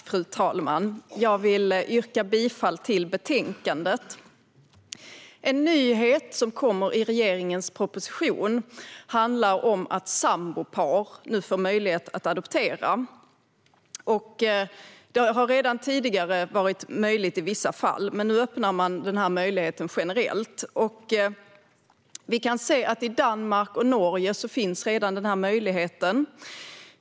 Fru talman! Jag yrkar bifall till förslaget i betänkandet. En nyhet som kommer i regeringens proposition är att sambopar nu får möjlighet att adoptera. Det har redan tidigare varit möjligt i vissa fall, men nu öppnar man den här möjligheten generellt. Vi kan se att möjligheten redan finns i Danmark och Norge.